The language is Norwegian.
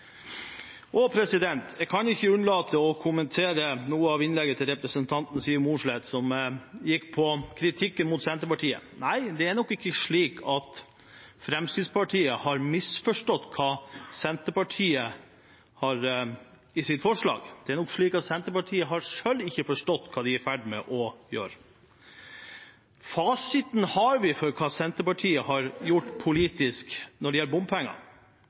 Jeg kan ikke unnlate å kommentere noe av innlegget til representanten Siv Mossleth som gikk på kritikken mot Senterpartiet. Nei, det er nok ikke slik at Fremskrittspartiet har misforstått Senterpartiets forslag. Det er nok slik at Senterpartiet selv ikke har forstått hva de er i ferd med å gjøre. Fasiten på hva Senterpartiet har gjort politisk når det gjelder bompenger,